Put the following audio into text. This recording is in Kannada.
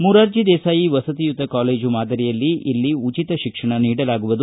ಮೊರಾರ್ಜಿ ದೇಸಾಯಿ ವಸತಿಯುತ ಕಾಲೇಜು ಮಾದರಿಯಲ್ಲಿ ಇಲ್ಲಿ ಉಚಿತ ಶಿಕ್ಷಣ ನೀಡಲಾಗುವುದು